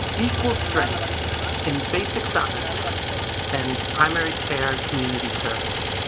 equal strength in basic science and primary care and community service.